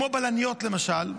כמו בלניות למשל,